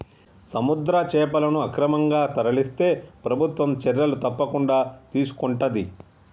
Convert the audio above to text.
సముద్ర చేపలను అక్రమంగా తరలిస్తే ప్రభుత్వం చర్యలు తప్పకుండా తీసుకొంటది